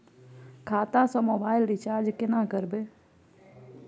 खाता स mobile recharge केना करबे?